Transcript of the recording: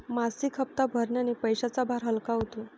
मासिक हप्ता भरण्याने पैशांचा भार हलका होतो